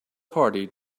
party